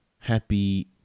happy